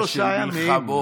שלושה ימים.